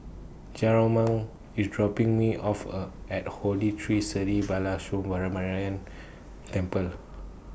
Jerome IS dropping Me off A At Holy Tree Sri Balasubramaniar Temple